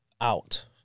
out